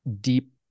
deep